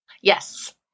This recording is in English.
Yes